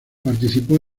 participó